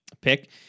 pick